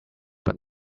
but